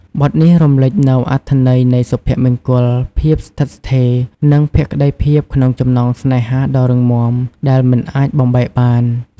បទនេះរំលេចនូវអត្ថន័យនៃសុភមង្គល ភាពស្ថិតស្ថេរ និងភក្តីភាពក្នុងចំណងស្នេហាដ៏រឹងមាំ ដែលមិនអាចបំបែកបាន។